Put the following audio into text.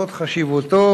למרות חשיבותו.